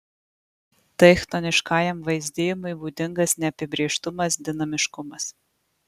tai chtoniškajam vaizdijimui būdingas neapibrėžtumas dinamiškumas